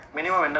Minimum